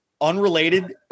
unrelated